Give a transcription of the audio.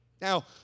Now